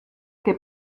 que